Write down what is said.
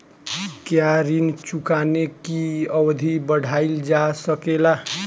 क्या ऋण चुकाने की अवधि बढ़ाईल जा सकेला?